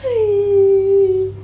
c